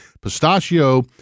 pistachio